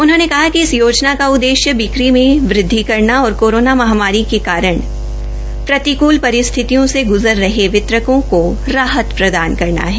उन्होंने कहा कि इस योजना का उददेश्य बिक्री में वृद्धि करना और कोरोना महामारी के कारण विपरीत परिस्थितियों से ग्जर रहे वितरकों को राहत प्रदान करना है